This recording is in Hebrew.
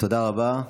תודה רבה.